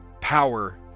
power